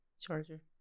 charger